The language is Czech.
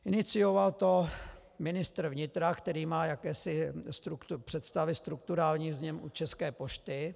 Inicioval to ministr vnitra, který má jakési představy strukturálních změn u České pošty.